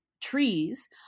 trees